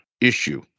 issue